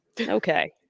Okay